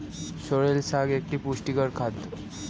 sorrel শাক একটি পুষ্টিকর খাদ্য